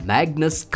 Magnus